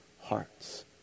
hearts